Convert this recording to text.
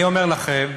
אני אומר לכם: